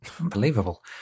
Unbelievable